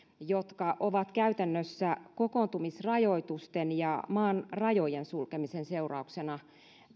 jotka ovat käytännössä kokoontumisrajoitusten ja maan rajojen sulkemisen seurauksena